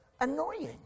annoying